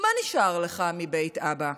מה נשאר לך מבית אבא,